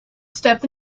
step